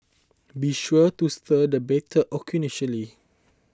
be sure to stir the batter occasionally